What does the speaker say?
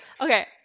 okay